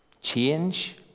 Change